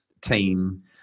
team